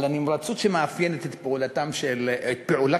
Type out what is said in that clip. על הנמרצות שמאפיינת את פעולת ממשלתו.